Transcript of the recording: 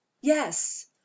yes